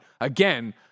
again